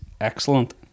excellent